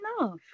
enough